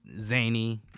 zany